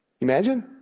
Imagine